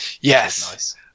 Yes